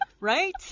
right